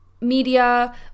media